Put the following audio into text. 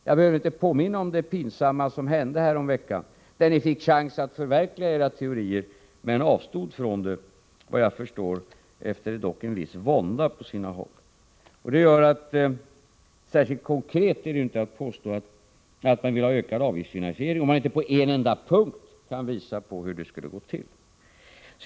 Jag behöver inte påminna om det pinsamma som hände häromveckan, när ni fick chansen att förverkliga era teorier men avstod från det, vad jag förstår efter viss vånda på sina håll. Särskilt konkret är det inte att säga att man vill ha ökad avgiftsfinansiering, om man inte på någon enda punkt kan visa på hur det skulle gå till.